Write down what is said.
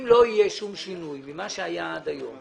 אם לא יהיה שום שינוי ממה שהיה עד היום,